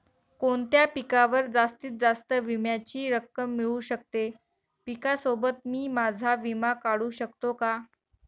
कोणत्या पिकावर जास्तीत जास्त विम्याची रक्कम मिळू शकते? पिकासोबत मी माझा विमा काढू शकतो का?